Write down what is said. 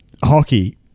Hockey